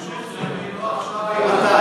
ההמשך זה "ואם לא עכשיו אימתי".